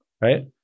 right